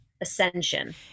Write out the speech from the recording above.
ascension